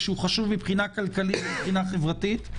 שחשוב כלכלית וחברתית,